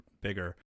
bigger